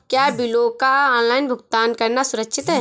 क्या बिलों का ऑनलाइन भुगतान करना सुरक्षित है?